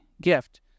gift